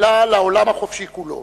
אלא לעולם החופשי כולו.